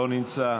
לא נמצא,